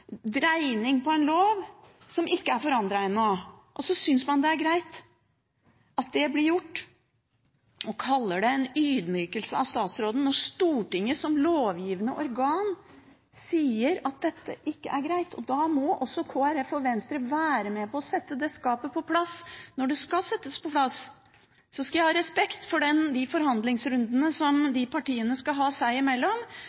dreining på en lov som ikke er forandret ennå, og så synes man det er greit at det blir gjort, og kaller det en ydmykelse av statsråden når Stortinget som lovgivende organ sier at dette ikke er greit. Da må også Kristelig Folkeparti og Venstre være med på å sette det skapet på plass, når det skal settes på plass. Jeg skal ha respekt for de forhandlingsrundene som de partiene skal ha seg imellom,